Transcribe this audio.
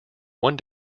one